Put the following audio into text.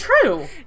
true